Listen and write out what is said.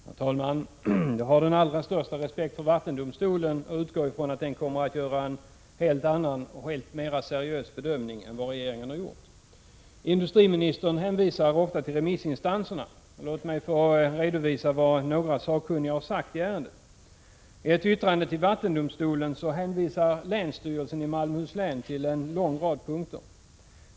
Herr talman! Jag har den allra största respekt för vattendomstolen och utgår ifrån att den kommer att göra en helt annan och mera seriös bedömning än vad regeringen har gjort. Industriministern hänvisar ofta till remissinstanserna. Låt mig få redovisa vad några sakkunniga har sagt i ärendet. I ett yttrande till vattendomstolen hänvisar länsstyrelsen i Malmöhus län till en lång rad punkter.